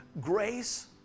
grace